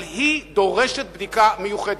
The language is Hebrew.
אבל היא דורשת בדיקה מיוחדת.